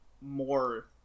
more